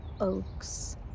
oaks